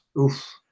Oof